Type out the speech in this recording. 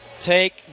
take